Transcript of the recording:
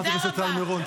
חברת הכנסת טל מירון,